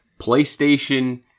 PlayStation